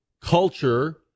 culture